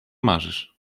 marzysz